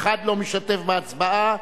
אחד לא משתתף בהצבעה.